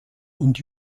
und